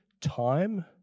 time